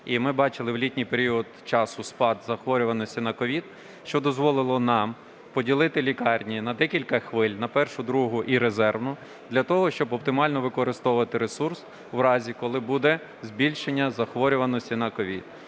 І ми бачили в літній період часу спад захворюваності на COVID, що дозволило нам поділити лікарні на декілька хвиль – на першу, другу і резервну для того, щоб оптимально використовувати ресурс в разі, коли буде збільшення захворюваності на COVID.